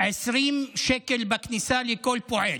20 שקל בכניסה לכל פועל.